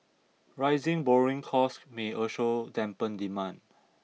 rising borrowing costs may also dampen demand